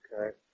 Okay